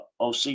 OC